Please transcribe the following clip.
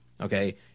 okay